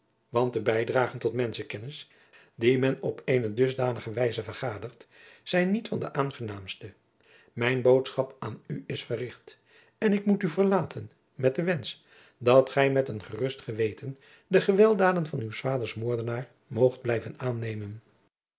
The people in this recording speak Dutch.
want de bijdragen tot menschenkennis die men op eene dusdanige wijze vergadert zijn niet van de aangenaamste mijne boodschap aan u is verricht en ik moet u verlaten met den wensch dat gij met een gerust geweten de weldaden van uws vaders moordenaar moogt blijven aannemen